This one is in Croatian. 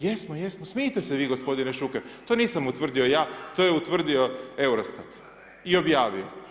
Jesmo, jesmo smijte se vi g. Šuker, to nisam utvrdio ja, to je utvrdio EUROSTAT i objavio.